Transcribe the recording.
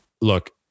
look